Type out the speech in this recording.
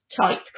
type